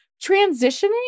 transitioning